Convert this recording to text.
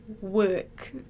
work